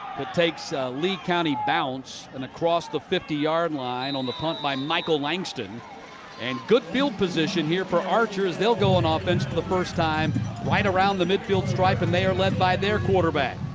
takes lee county bounce and across the fifty yard line on the punt by michael langston and good field position here for archer as they'll go on ah offense for the first time right around the midfield stripe and they are led by their quarterback,